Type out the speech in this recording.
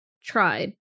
tried